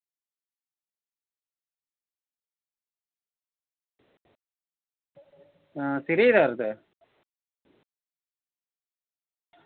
आं सिरै ई दर्द ऐ